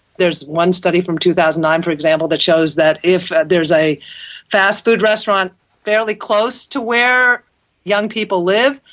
there's one study from two thousand and nine, for example, that shows that if there's a fast food restaurant fairly close to where young people live,